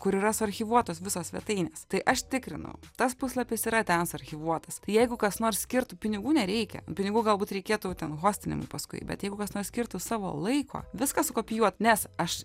kur yra suarchyvuotos visos svetainės tai aš tikrinau tas puslapis yra ten suarchyvuotas tai jeigu kas nors skirtų pinigų nereikia pinigų galbūt reikėtų jau ten hostinimui paskui bet jeigu kas nors skirtų savo laiko viską sukopijuot nes aš